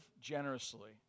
generously